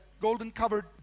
Golden-covered